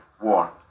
war